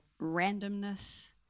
randomness